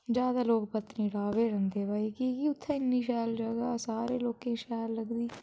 ज्यादा लोक पत्नीटाप गै जंदे भाई कि की उत्थै इ'न्नी शैल जगह सारें लोकें गी शैल लगदी